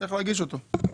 צריך להגיש אותו.